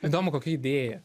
įdomu kokia idėja